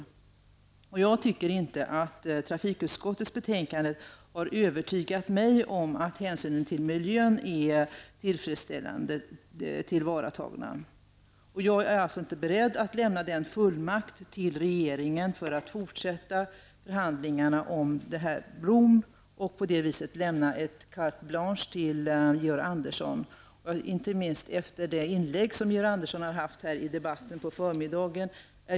Trafikutskottets betänkande har inte övertygad mig om att hänsynen till miljön har tillvaratagits på ett tillfredsställande sätt. Jag är således inte beredd att lämna fullmakt till regeringen att fortsätta förhandlingarna om bron och på det viset lämna carte blanche till Georg Andersson, särskilt inte efter det inlägg som Georg Andersson hade i debatten på förmiddagen.